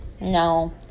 No